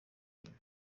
ibintu